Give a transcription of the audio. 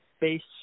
based